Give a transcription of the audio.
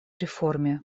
реформе